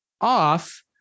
off